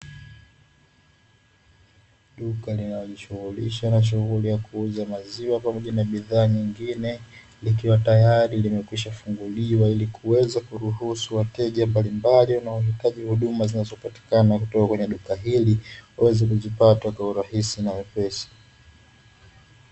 Duka linalo jishughulisha na shughuli ya kuuza maziwa pamoja na bidhaa nyingine, likiwa tayari limekwisha funguliwa ili kuweza kuruhusu wateja mbalimbali wanaohitaji huduma zinazopatikana kutoka kwenye duka hili waweze kuzipata kwa urahisi na wepesi.